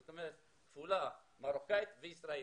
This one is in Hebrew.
זאת אומרת כפולה מרוקאית וישראלית.